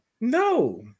No